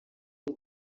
ari